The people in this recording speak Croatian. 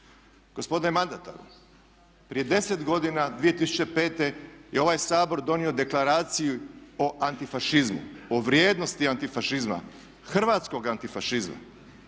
Gospodine mandataru, prije 10 godina, 2005. je ovaj Sabor donio Deklaraciju o antifašizmu, o vrijednosti antifašizma, hrvatskog antifašizma